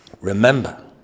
Remember